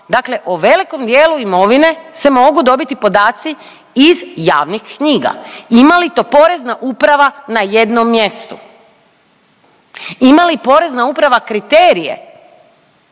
dakle o velikom dijelu imovine se mogu dobiti podaci iz javnih knjiga. Ima li to Porezna uprava na jednom mjestu? Ima li Porezna uprava kriterije